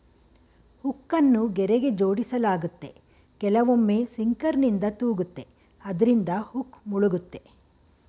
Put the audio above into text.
ಹುಕ್ಕನ್ನು ಗೆರೆಗೆ ಜೋಡಿಸಲಾಗುತ್ತೆ ಕೆಲವೊಮ್ಮೆ ಸಿಂಕರ್ನಿಂದ ತೂಗುತ್ತೆ ಅದ್ರಿಂದ ಹುಕ್ ಮುಳುಗುತ್ತೆ